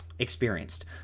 Experienced